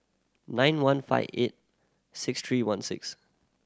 nine one five eight six three one six